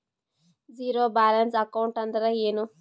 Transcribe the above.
Zero balance account ಅಂದ್ರ ಏನು?